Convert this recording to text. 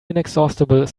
inexhaustible